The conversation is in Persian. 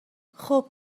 خوب